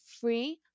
free